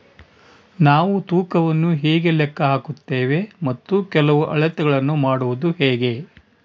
ನಾವು ತೂಕವನ್ನು ಹೇಗೆ ಲೆಕ್ಕ ಹಾಕುತ್ತೇವೆ ಮತ್ತು ಕೆಲವು ಅಳತೆಗಳನ್ನು ಮಾಡುವುದು ಹೇಗೆ?